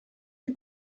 die